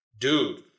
Dude